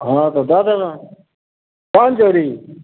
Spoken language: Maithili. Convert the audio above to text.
हँ तऽ दऽ देबनि पाँच जोड़ी